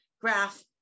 graph